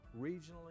regionally